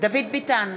דוד ביטן,